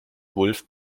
wolfe